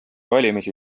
valimisi